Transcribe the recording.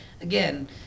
again